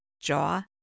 jaw